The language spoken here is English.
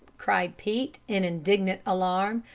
cried pete, in indignant alarm.